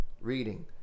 reading